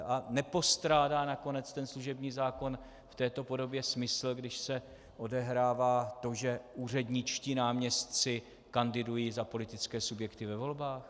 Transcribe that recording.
A nepostrádá nakonec ten služební zákon v této podobě smysl, když se odehrává to, že úředničtí náměstci kandidují za politické subjekty ve volbách?